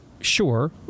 Sure